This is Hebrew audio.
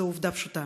זו עובדה פשוטה.